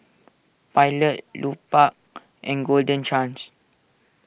Pilot Lupark and Golden Chance